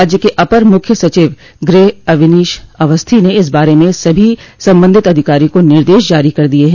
राज्य के अपर मुख्य सचिव गृह अवनीश अवस्थी ने इस बारे में सभी सबंधित अधिकारियों को निर्देश जारी कर दिये हैं